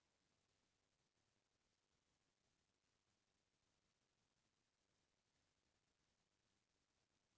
NEFT ले पइसा transfer करे के सुरूवात बछर दू हजार पॉंच म होय रहिस हे